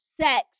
sex